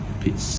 Peace